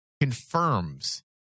confirms